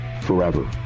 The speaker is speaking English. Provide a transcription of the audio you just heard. forever